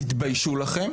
תתביישו לכם",